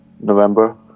November